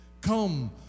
Come